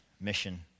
mission